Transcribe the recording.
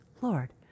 Lord